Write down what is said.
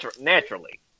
naturally